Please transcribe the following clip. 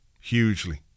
hugely